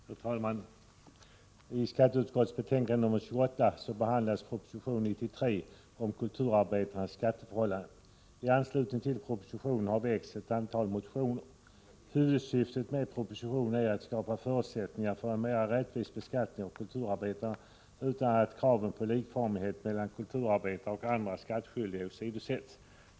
Herr talman! I skatteutskottets betänkande 28 behandlas proposition 93 om kulturarbetarnas skatteförhållanden. I anslutning till propositionen har väckts ett antal motioner. Huvudsyftet med propositionen är att skapa förutsättningar för en mera rättvis beskattning av kulturarbetarna utan att kraven på likformighet mellan kulturarbetarna och andra skattskyldiga åsidosätts.